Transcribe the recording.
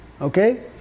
Okay